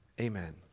amen